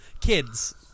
kids